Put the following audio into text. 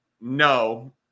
No